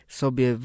sobie